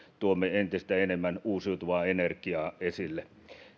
tuomme entistä enemmän uusiutuvaa energiaa esille